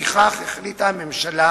לפיכך החליטה הממשלה